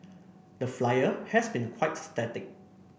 the flyer has been quite static